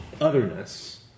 otherness